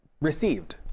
received